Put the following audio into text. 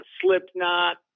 Slipknot